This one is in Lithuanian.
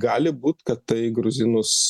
gali būt kad tai gruzinus